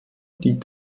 die